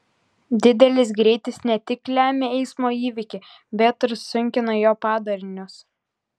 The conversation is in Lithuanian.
didelis greitis ne tik lemia eismo įvykį bet ir sunkina jo padarinius